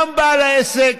בעל העסק,